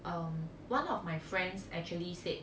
um one of my friends actually said